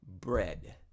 bread